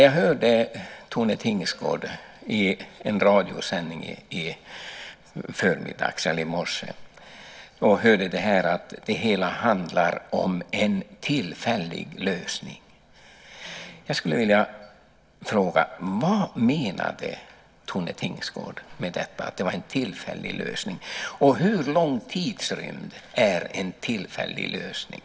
Jag hörde Tone Tingsgård i en radiosändning i morse och hörde att det hela handlar om en tillfällig lösning. Jag skulle vilja fråga: Vad menade Tone Tingsgård med att det var en tillfällig lösning? Hur lång tidsrymd är en tillfällig lösning?